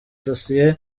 dossier